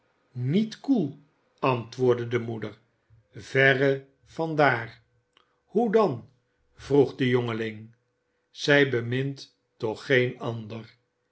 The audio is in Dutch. niet koel antwoordde zijne moeder verre van daar hoe dan vroeg de jongeling zij bemint toch geen ander